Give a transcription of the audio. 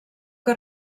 que